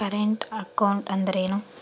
Current account ಅಂದರೇನು?